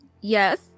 Yes